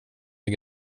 det